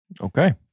Okay